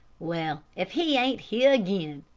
well, if he ain't here again!